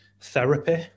therapy